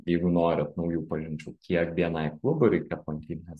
jeigu norit naujų pažinčių kiek bni klubų reikia aplankyt nes